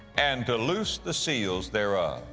and to loose the seals thereof?